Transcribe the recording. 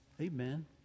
Amen